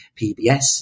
PBS